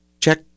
Check